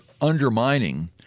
undermining